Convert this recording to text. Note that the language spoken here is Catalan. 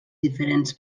diferents